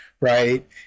right